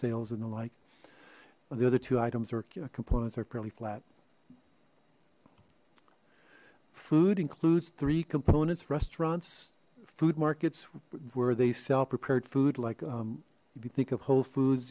sales and unlike the other two items or components are fairly flat food includes three components restaurants food markets where they sell prepared food like um if you think of whole foods